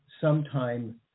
sometime